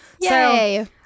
Yay